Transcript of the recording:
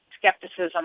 skepticism